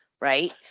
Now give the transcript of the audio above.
right